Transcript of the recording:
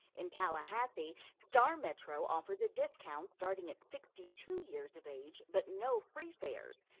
in tallahassee, star metro offers a discount starting at sixty two years of age, but no free fares.